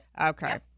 Okay